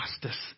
justice